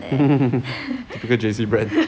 typical J_C brat